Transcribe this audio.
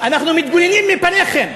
אנחנו מתגוננים מפניכם,